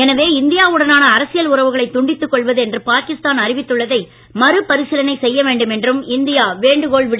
எனவே இந்தியா உடனான அரசியல் உறவுகளை துண்டித்துக் கொள்வது என்று பாகிஸ்தான் அறிவித்துள்ளதை மறு பரிசீலனை செய்ய வேண்டும் என்றும் இந்தியா வேண்டுகோள் விடுத்துள்ளது